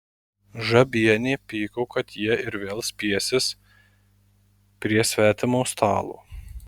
žabienė pyko kad jie ir vėl spiesis prie svetimo stalo